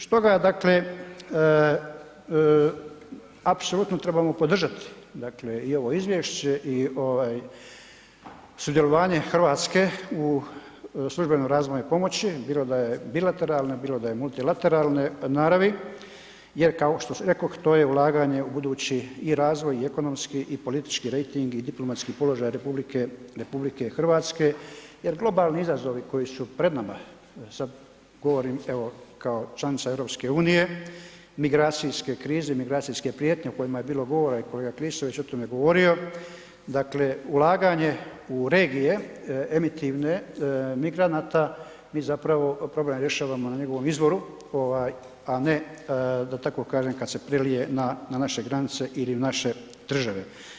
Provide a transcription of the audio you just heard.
Stoga dakle, apsolutno trebamo podržati dakle i ovo izvješće i ovaj sudjelovanje Hrvatske u službenom razvoju pomoći bilo da je bilateralna, bilo da je multilateralne naravi jer kao što rekoh to je ulaganje u budući i razvoj i ekonomski i politički rejting i diplomatski položaj RH jer globalni izazovi koji su pred nama sad govorim evo kao članica EU, migracijske krize, migracijske prijetnje o kojima je bilo govora i kolega Klisović o tome govorio, dakle ulaganje u regije emitivne migranata mi zapravo problem rješavamo na njegovom izvoru ovaj a ne da tako kažem kad se prelije na našeg granice ili naše države.